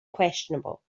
questionable